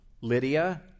Lydia